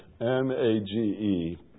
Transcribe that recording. M-A-G-E